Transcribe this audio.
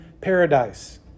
paradise